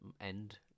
end